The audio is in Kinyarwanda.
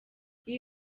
iyi